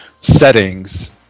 settings